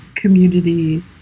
community